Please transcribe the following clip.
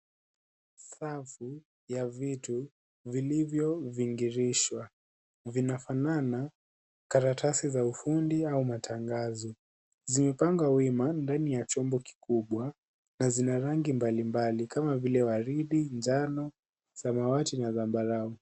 Safu ya vitu vilivyovingirishwa. Vinafanana karatisi za ufundi au matangazo. Zimepangwa wima ndani ya chombo kikubwa na zina rangi mbalimbali kama vile waridi, njano, samawati na zambarau.